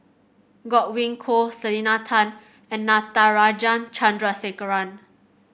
Godwin Koay Selena Tan and Natarajan Chandrasekaran